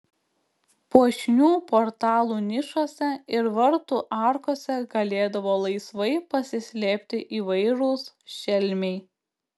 puošnių portalų nišose ir vartų arkose galėdavo laisvai pasislėpti įvairūs šelmiai